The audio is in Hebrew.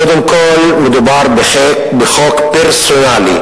קודם כול, מדובר בחוק פרסונלי,